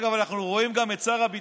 דרך אגב, על זה בוכה הנביא.